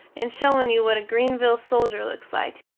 and showin you what a greenville soldier looks like.